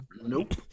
nope